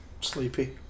Sleepy